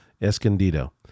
Escondido